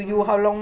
mm